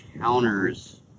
counters